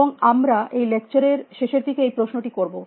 এবং আমরা এই লেকচারের শেষের দিকে এই প্রশ্নটি করব